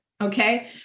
okay